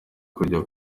kujya